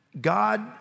God